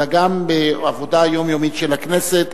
אלא גם בעבודה יומיומית של הכנסת.